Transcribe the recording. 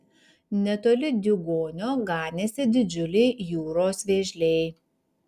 netoli diugonio ganėsi didžiuliai jūros vėžliai